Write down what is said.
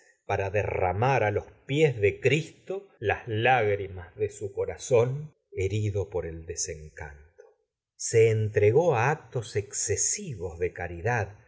para derramar á los pies de cristo las lágrimas de su corazón herido por el desencanto se entregó á actos excesivos de caridad